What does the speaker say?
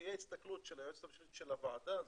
שתהיה הסתכלות של היועצת המשפטית של הוועדה הזו.